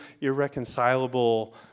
irreconcilable